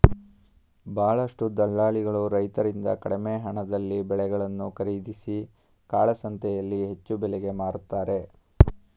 ಬಹಳಷ್ಟು ದಲ್ಲಾಳಿಗಳು ರೈತರಿಂದ ಕಡಿಮೆ ಹಣದಲ್ಲಿ ಬೆಳೆಗಳನ್ನು ಖರೀದಿಸಿ ಕಾಳಸಂತೆಯಲ್ಲಿ ಹೆಚ್ಚು ಬೆಲೆಗೆ ಮಾರುತ್ತಾರೆ